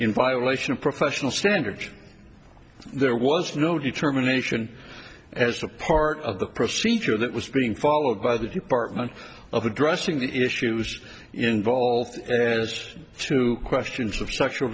in violation of professional standards there was no determination as a part of the procedure that was being followed by the department of addressing the issues involved to questions of sexual